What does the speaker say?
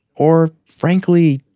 or, frankly,